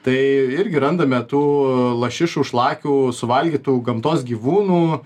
tai irgi randame tų lašišų šlakių suvalgytų gamtos gyvūnų